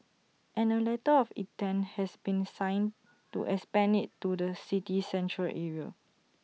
and A letter of intent has been signed to expand IT to the city's Central Area